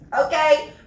okay